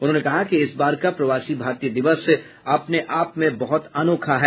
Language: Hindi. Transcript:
उन्होंने कहा कि इस बार का प्रवासी भारतीय दिवस अपने आप में बहुत अनोखा है